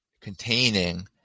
containing